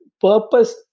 purpose